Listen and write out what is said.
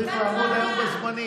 אני צריך לעמוד היום בזמנים.